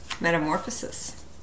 Metamorphosis